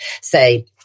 say